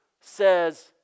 says